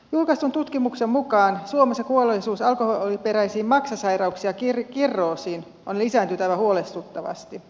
julkaistun tutkimuksen mukaan suomessa kuolleisuus alkoholiperäisiin maksasairauksiin ja kirroosiin on lisääntynyt aivan huolestuttavasti